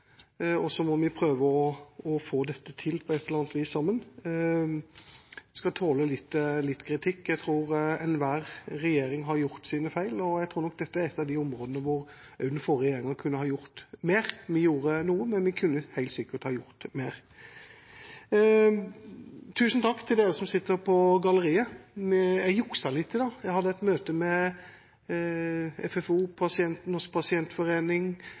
målet. Så må vi sammen prøve å få dette til på et eller annet vis. Jeg skal tåle litt kritikk. Jeg tror enhver regjering har gjort sine feil, og jeg tror nok dette er et av de områdene hvor den forrige regjeringa kunne ha gjort mer. Vi gjorde noe, men vi kunne helt sikkert ha gjort mer. Tusen takk til dem som sitter på galleriet. Jeg jukset litt i dag. Jeg hadde et møte med FFO, Norsk Pasientforening,